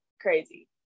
crazy